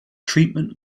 treatment